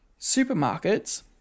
supermarkets